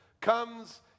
comes